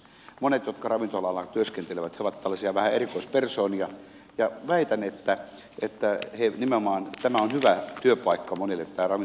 monet jotka ravintola alalla työskentelevät ovat tällaisia vähän erikoispersoonia ja väitän että tämä on hyvä työpaikka monille heistä tämä ravintolassa työskentely